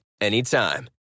anytime